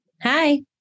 Hi